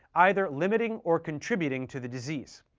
either limiting or contributing to the disease.